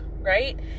right